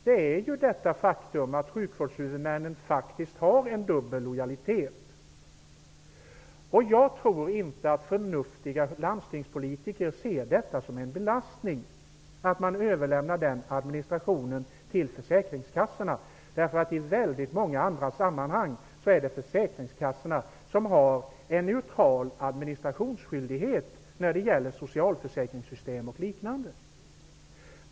Orsaken är det faktum att sjukvårdshuvudmännen faktiskt har en dubbel lojalitet. Jag tror inte att förnuftiga landstingspolitiker ser det som en belastning att man överlämnar den administrationen till försäkringskassan. I många andra sammanhang har ju försäkringskassan en neutral administrationsskyldighet när det gäller socialförsäkringssystem och liknande.